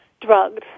drugged